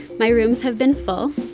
my rooms have been full.